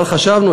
אבל חשבנו.